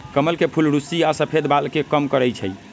कमल के फूल रुस्सी आ सफेद बाल के कम करई छई